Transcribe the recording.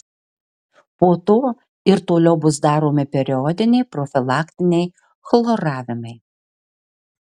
po to ir toliau bus daromi periodiniai profilaktiniai chloravimai